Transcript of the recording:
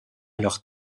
leur